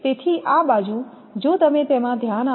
તેથી આ બાજુ જો તમે તેમાં ધ્યાન આપો